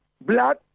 blood